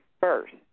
first